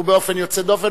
ובאופן יוצא דופן,